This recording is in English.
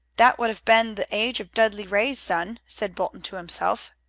that would have been the age of dudley ray's son, said bolton to himself.